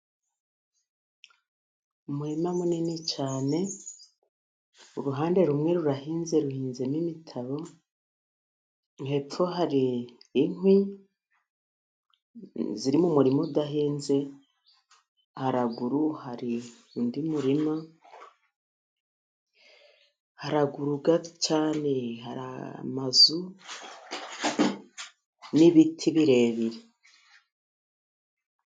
Umurima munini cyane uruhande rumwe rurahinze ruhinzemo imitabo, hepfo hari inkwi ziri mu murima udahinnze, haruguru hari undi muririma, haruguru cyane hari amazu n'ibiti birebire.